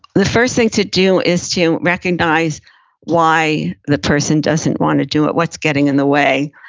the first thing to do is to recognize why the person doesn't wanna do it. what's getting in the way?